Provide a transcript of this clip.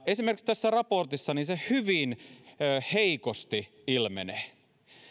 esimerkiksi tässä raportissa se hyvin heikosti ilmenee